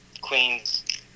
Queens